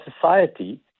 society